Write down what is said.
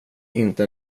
inte